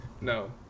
No